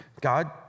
God